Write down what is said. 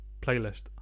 playlist